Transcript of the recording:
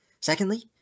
Secondly